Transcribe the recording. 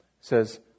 says